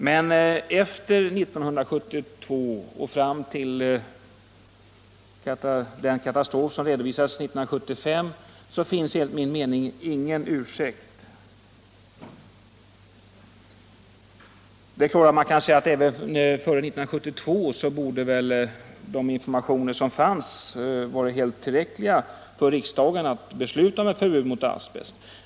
Men efter 1972 och fram till den katastrof som redovisades 1975 finns enligt min mening ingen ursäkt. De informationer som fanns även före 1972 borde ha varit helt tillräckliga för riksdagen att besluta om ett förbud mot asbest.